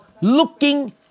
looking